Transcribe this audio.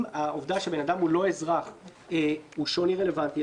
אם העובדה שבן אדם הוא לא אזרח הוא שוני רלוונטי,